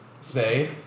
say